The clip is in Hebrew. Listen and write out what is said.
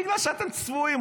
בגלל שאתם צבועים.